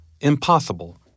impossible